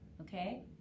Okay